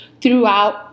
throughout